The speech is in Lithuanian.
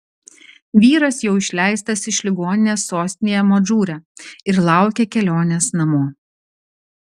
vyras jau išleistas iš ligoninės sostinėje madžūre ir laukia kelionės namo